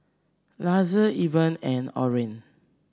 Lizzie Elvin and Orren